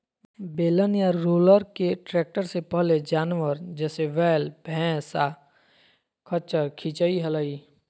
बेलन या रोलर के ट्रैक्टर से पहले जानवर, जैसे वैल, भैंसा, खच्चर खीचई हलई